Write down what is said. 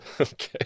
Okay